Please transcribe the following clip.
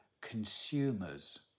consumers